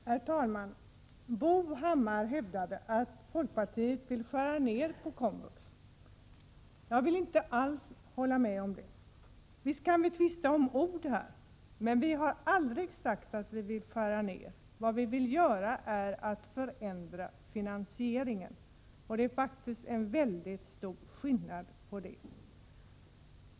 Herr talman! Bo Hammar hävdade att folkpartiet vill skära ned anslagen till komvux. Jag håller inte alls med om det. Visst kan vi tvista om ord, men vi i folkpartiet har aldrig sagt att vi vill skära ned anslag. Vad vi vill göra är att förändra finansieringen, och det är faktiskt en mycket stor skillnad.